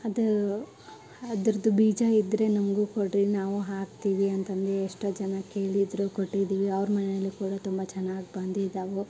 ಅದು ಅದರದ್ದು ಬೀಜ ಇದ್ದರೆ ನಮಗೂ ಕೊಡಿರಿ ನಾವು ಹಾಕ್ತೀವಿ ಅಂತಂದು ಎಷ್ಟೋ ಜನ ಕೇಳಿದರು ಕೊಟ್ಟಿದೀವಿ ಅವ್ರ ಮನೆಯಲ್ಲಿ ಕೂಡ ತುಂಬ ಚೆನ್ನಾಗ್ ಬಂದಿದಾವು